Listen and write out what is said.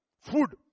food